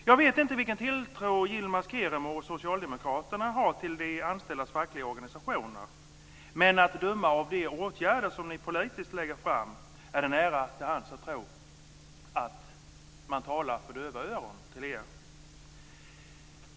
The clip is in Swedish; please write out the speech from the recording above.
Jag vet inte vilken tilltro Yilmaz Kerimo och Socialdemokraterna har till de anställdas fackliga organisationer, men att döma av de åtgärder som ni politiskt lägger fram ligger det nära till hands att tro att man talar för döva öron till er.